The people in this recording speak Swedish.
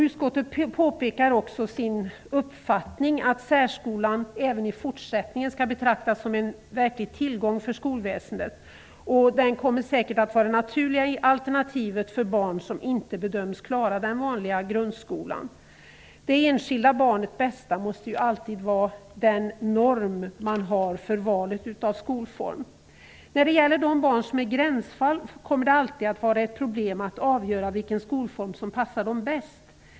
Utskottet framhåller uppfattningen att särskolan även i fortsättningen skall betraktas som en tillgång för skolväsendet. Den kommer säkert att vara det naturliga alternativet för barn som inte bedöms klara den vanliga grundskolan. Det enskilda barnets bästa måste alltid vara norm för valet av skolform. När det gäller de barn som är gränsfall, kommer det alltid att vara ett problem att avgöra vilken skolform som passar dem bäst.